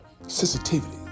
sensitivity